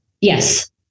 Yes